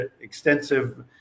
extensive